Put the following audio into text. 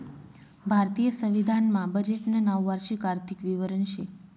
भारतीय संविधान मा बजेटनं नाव वार्षिक आर्थिक विवरण शे